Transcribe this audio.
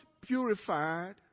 purified